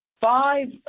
Five